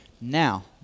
Now